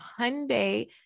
Hyundai